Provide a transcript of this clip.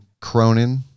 Cronin